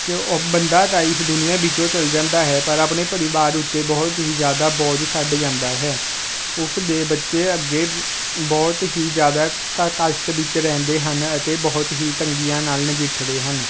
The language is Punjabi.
ਕਿ ਉਹ ਬੰਦਾ ਤਾਂ ਇਸ ਦੁਨੀਆ ਵਿੱਚੋਂ ਚਲ ਜਾਂਦਾ ਹੈ ਪਰ ਆਪਣੇ ਪਰਿਵਾਰ ਉੱਤੇ ਬਹੁਤ ਹੀ ਜ਼ਿਆਦਾ ਬੋਝ ਛੱਡ ਜਾਂਦਾ ਹੈ ਉਸ ਦੇ ਬੱਚੇ ਅੱਗੇ ਬਹੁਤ ਹੀ ਜ਼ਿਆਦਾ ਕ ਕਸ਼ਟ ਵਿੱਚ ਰਹਿੰਦੇ ਹਨ ਅਤੇ ਬਹੁਤ ਹੀ ਤੰਗੀਆਂ ਨਾਲ ਨਜਿੱਠਦੇ ਹਨ